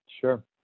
Sure